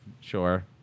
Sure